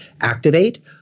activate